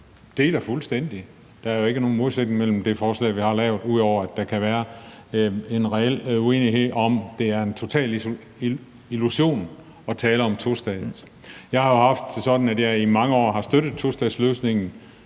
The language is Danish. deler synspunkt med. Der er jo ikke nogen modsætning mellem det og det forslag, vi har lavet, ud over at der kan være en reel uenighed om, hvorvidt det er en total illusion at tale om en tostatsløsning eller ej. Jeg har jo i mange år støttet tostatsløsningen